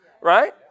right